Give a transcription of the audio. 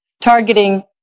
targeting